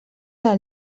del